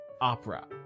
opera